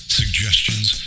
suggestions